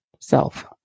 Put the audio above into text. self